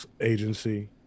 agency